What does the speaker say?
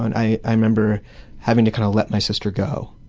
i remember having to kind of let my sister go,